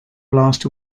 blast